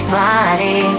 body